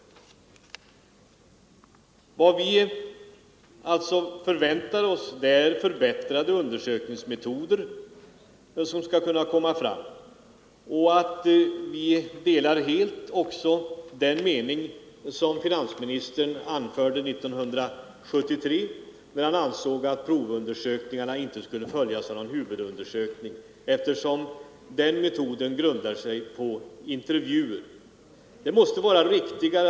Vad vi alltså förväntar oss är att förbättrade undersökningsmetoder skall kunna komma fram. Vi instämmer också helt i den mening finansministern anförde 1973, när han ansåg att provundersökningarna inte skulle följas av någon huvudundersökning, eftersom den metoden grundar sig på osäkra intervjuer med stort bortfall.